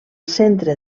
centre